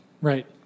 Right